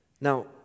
Now